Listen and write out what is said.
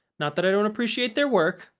not that i don't appreciate their work.